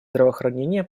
здравоохранения